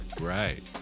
right